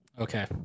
Okay